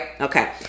Okay